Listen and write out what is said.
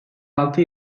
altı